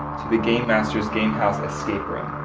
to the game masters game house escape room.